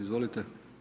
Izvolite.